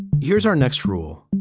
here's our next rule.